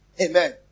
Amen